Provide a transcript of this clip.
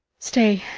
stay,